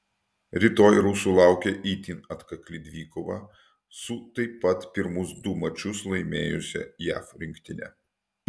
rytoj rusų laukia itin atkakli dvikova su taip pat pirmus du mačus laimėjusia jav rinktine